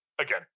again